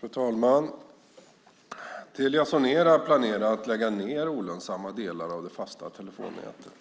Fru talman! Telia Sonera planerar att lägga ned olönsamma delar av det fasta telefonnätet.